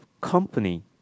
company